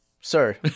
sir